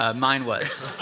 ah mine was.